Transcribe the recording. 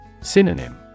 Synonym